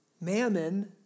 Mammon